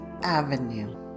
avenue